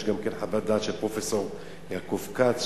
יש גם חוות דעת של פרופסור יעקב כץ,